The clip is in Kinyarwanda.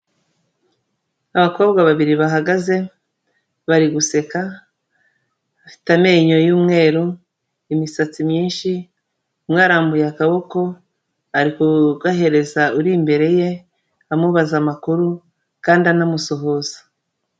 Abakobwa babiri bahagaze, bari guseka, bafite amenyo y'umweru, imisatsi myinshi, umwe arambuye akaboko, ari kugahereza uri imbere ye amubaza amakuru kandi anamusuhuza.